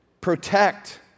protect